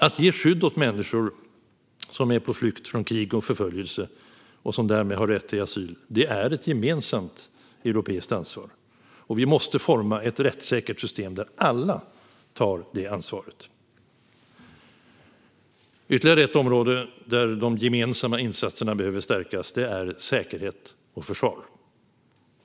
Att ge skydd åt människor som är på flykt från krig och förföljelse och därmed har rätt till asyl är ett gemensamt europeiskt ansvar. Vi måste forma ett rättssäkert system där alla tar det ansvaret. Ytterligare ett område där de gemensamma insatserna behöver stärkas är säkerhet och försvar.